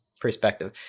perspective